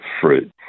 fruit